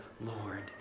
Lord